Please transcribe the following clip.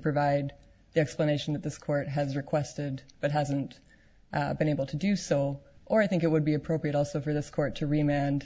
foundation that this court has requested but hasn't been able to do so or i think it would be appropriate also for this court to remain